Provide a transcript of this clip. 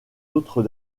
autres